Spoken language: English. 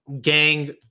gang